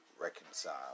reconcile